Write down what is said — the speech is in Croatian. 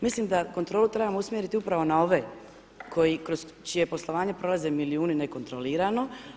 Mislim da kontrolu trebamo usmjeriti upravo na ove koji, kroz čije poslovanje prolaze milijuni nekontrolirano.